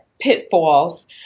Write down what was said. pitfalls